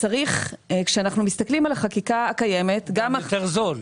כשאנחנו מסתכלים על החקיקה הקיימת --- הוא יותר זול.